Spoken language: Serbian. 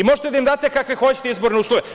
Možete da im date kakve hoćete izborne uslove.